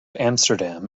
amsterdam